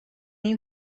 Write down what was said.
you